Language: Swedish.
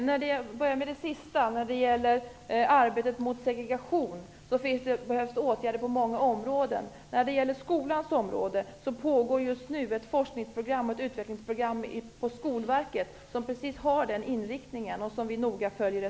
Herr talman! Jag vill börja med det sista. När det gäller arbetet mot segregation, behövs det åtgärder på många områden. När det gäller skolans område, pågår det just nu ett forsknings och utbildningsprogram på Skolverket som har precis denna inriktning och vars resultat vi noga följer.